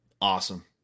Awesome